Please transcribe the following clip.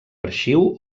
arxiu